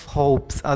hopes